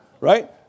right